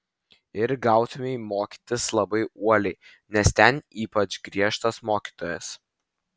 ir gautumei mokytis labai uoliai nes ten ypač griežtas mokytojas